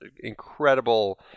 incredible